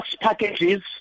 packages